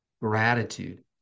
gratitude